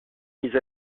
mis